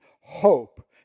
hope